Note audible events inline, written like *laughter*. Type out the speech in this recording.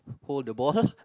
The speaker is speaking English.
hold the ball *noise*